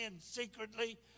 secretly